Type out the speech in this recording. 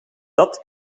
dat